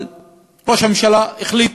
אבל ראש הממשלה החליט.